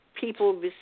people